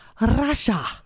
russia